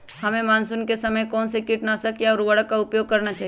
हमें मानसून के समय कौन से किटनाशक या उर्वरक का उपयोग करना चाहिए?